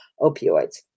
opioids